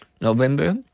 November